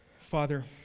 Father